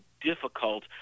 difficult